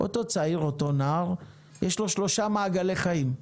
אותו צעיר, אותו נער, יש לו שלושה מעגלי חיים: